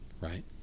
Right